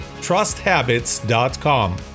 trusthabits.com